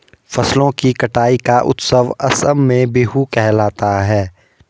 फसलों की कटाई का उत्सव असम में बीहू कहलाता है